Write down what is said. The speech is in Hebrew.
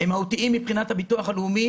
הם מהותיים מבחינת הביטוח הלאומי,